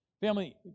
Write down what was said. Family